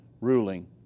ruling